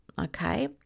okay